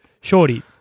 Shorty